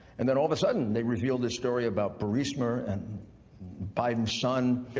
and that all the sudden they revealed the story about burisma and biden sun.